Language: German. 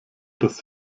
das